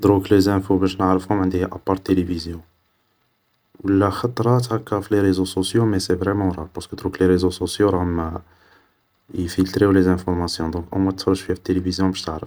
دروك لي زانفو باش نعرفهم, عندي ابار تيليفيزيون, و لا خطرات هاكا في لي ريزو صوصيو, مي سي فريمون رار بارسكو دروك لي ريزو صوصيو راهم يفيلتريو لي زانفورماسيون, دونك اوموان تتفرج شوية في التلفيزيون باش تعرف